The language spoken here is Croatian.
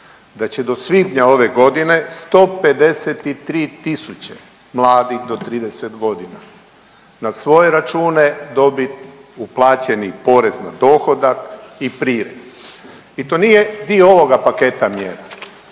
da će do svibnja ove godine 153000 mladih do 30 godina na svoje račune dobiti uplaćeni porez na dohodak i prirez i to nije dio ovoga paketa mjera.